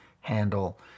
handle